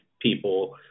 people